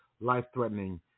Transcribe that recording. life-threatening